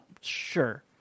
Sure